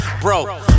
Bro